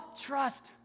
trust